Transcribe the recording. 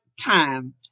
time